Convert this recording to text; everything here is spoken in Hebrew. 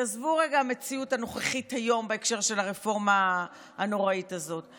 תעזבו רגע המציאות הנוכחית היום בהקשר של הרפורמה הנוראית הזאת.